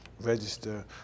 register